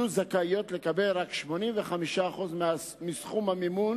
יהיו זכאיות לקבל רק 85% מסכום המימון